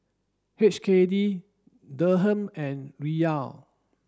H K D Dirham and Riyal